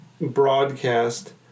broadcast